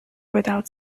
without